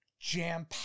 Jam